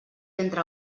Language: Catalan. entre